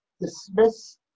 dismiss